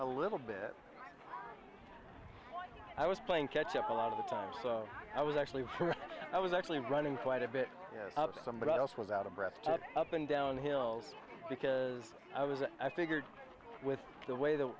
a little bit i was playing catch up a lot of the time so i was actually i was actually running quite a bit up some but i also was out of breath up and down hills because i was i figured with the way th